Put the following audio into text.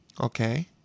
Okay